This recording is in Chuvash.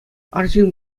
арҫын